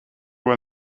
when